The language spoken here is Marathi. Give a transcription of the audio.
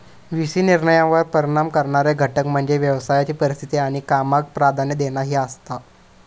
व्ही सी निर्णयांवर परिणाम करणारे घटक म्हणजे व्यवसायाची परिस्थिती आणि कामाक प्राधान्य देणा ही आसात